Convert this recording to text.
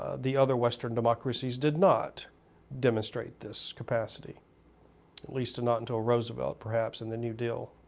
the other western democracies did not demonstrate this capacity at least not until roosevelt perhaps, and the new deal.